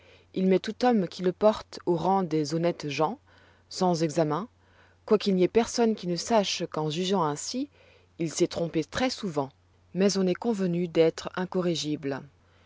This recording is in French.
il met tout homme qui le porte au rang des honnêtes gens sans examen quoiqu'il n'y ait personne qui ne sache qu'en jugeant ainsi il s'est trompé très souvent mais on est convenu d'être incorrigible